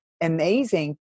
amazing